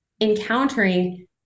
encountering